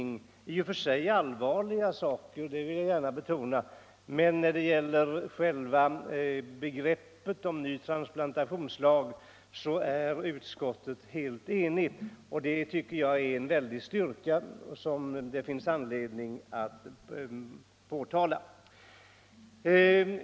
Dessa är visserligen i och för sig allvarliga — det vill jag gärna betona —- men när det gäller de stora linjerna i den nya transplantationslagen är utskottet helt enigt, och det tycker jag är en styrka som det finns all anledning att peka på.